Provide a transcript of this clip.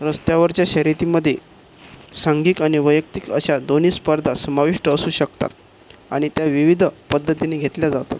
रस्त्यावरच्या शर्यतीमध्ये सांघिक आणि वैयक्तिक अशा दोनी स्पर्धा समाविष्ट असू शकतात आणि त्या विविध पद्धतींनी घेतल्या जातात